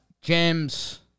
James